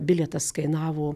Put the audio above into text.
bilietas kainavo